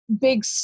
big